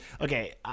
okay